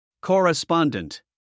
Correspondent